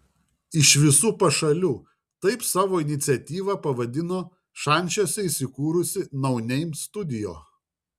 iš visų pašalių taip savo iniciatyvą pavadino šančiuose įsikūrusi no name studio